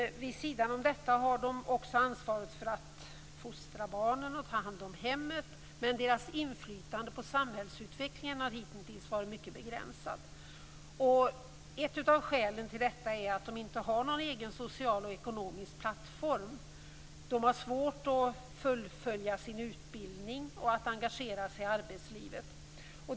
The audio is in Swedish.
Vid sidan av detta har de också ansvaret för att fostra barnen och ta hand om hemmet. Men deras inflytande på samhällsutvecklingen har hitintills varit mycket begränsad. Ett av skälen till detta är att de inte har någon egen social och ekonomisk plattform. De har svårt att fullfölja sin utbildning och att engagera sig i arbetslivet.